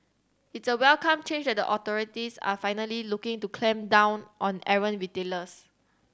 it's a welcome change that the authorities are finally looking to clamp down on errant retailers